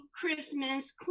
Christmas